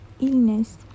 illness